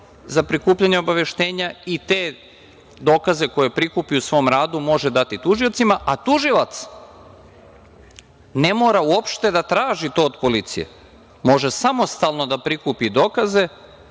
za prikupljanje obaveštenja i te dokaze koje prikupi u svom radu može dati tužiocima, a tužilac ne mora uopšte da traži to od policije, može samostalno da prikupi dokaze